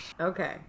Okay